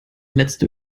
letzte